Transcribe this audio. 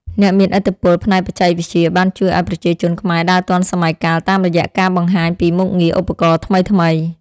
អ្នកមានឥទ្ធិពលផ្នែកបច្ចេកវិទ្យាបានជួយឱ្យប្រជាជនខ្មែរដើរទាន់សម័យកាលតាមរយៈការបង្ហាញពីមុខងារឧបករណ៍ថ្មីៗ។